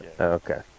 okay